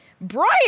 Brian